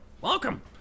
welcome